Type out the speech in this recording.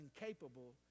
incapable